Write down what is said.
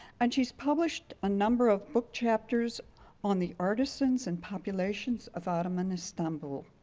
and she's published a number of book chapters on the artisans and populations of ottoman istanbul.